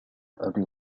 أبي